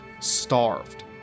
starved